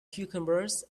cucumbers